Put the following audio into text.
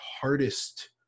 hardest